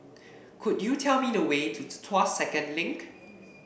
could you tell me the way to Tuas Second Link